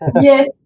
Yes